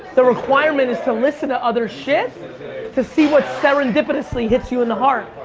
the requirement is to listen to other shit to see what's serendipitously hits you in the heart.